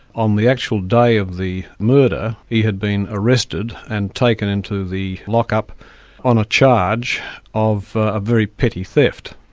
on the actual day of the murder, he had been arrested and taken into the lock-up on a charge of a very petty theft.